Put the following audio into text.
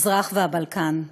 המזרח והבלקן.